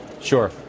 Sure